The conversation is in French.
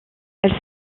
elle